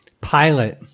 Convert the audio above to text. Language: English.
Pilate